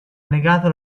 negato